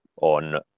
on